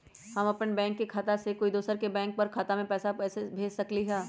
हम अपन बैंक खाता से कोई दोसर के बैंक खाता में पैसा कैसे भेज सकली ह?